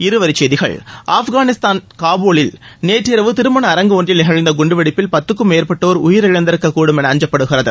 இருவரிச்செய்திகள் ஆப்கானிஸ்தான் காபூலில் நேற்றிரவு திருமண அரங்கு ஒன்றில் நிகழ்ந்த குண்டுவெடிப்பில் பத்துக்கும் மேற்பட்டோர் உயிரிழந்திருக்கக் கூடும் என அஞ்சப்படுகிறது